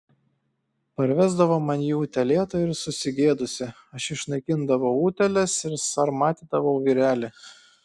parvesdavo man jį utėlėtą ir susigėdusį aš išnaikindavau utėles ir sarmatydavau vyrelį